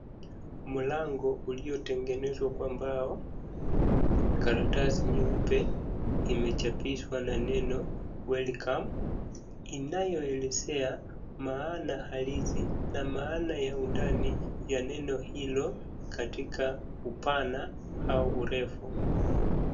Mlango uliotengenezwa kwa mbao, karatasi nyeupe imechapishwa na neno welcome .Inayoelezea maana halisi na maana ya undani ya neno hilo katika upana au urefu.